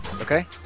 Okay